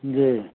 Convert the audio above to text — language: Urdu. جی